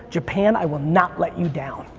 japan, i will not let you down.